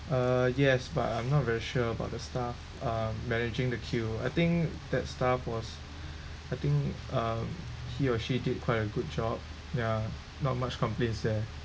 uh yes but I'm not very sure about the staff um managing the queue I think that staff was I think um he or she did quite a good job ya not much complaints there